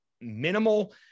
minimal